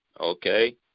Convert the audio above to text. Okay